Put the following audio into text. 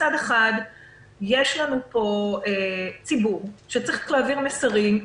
מצד אחד יש לנו פה ציבור שצריך להעביר מסרים,